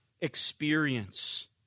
experience